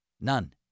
None